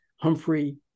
Humphrey